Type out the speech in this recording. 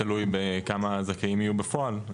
תלוי בכמה זכאים יהיו בפועל.